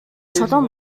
чулуун